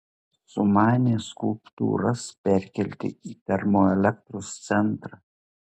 sumanė skulptūras perkelti į termoelektros centrą